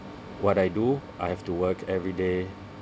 what I do I have to work every day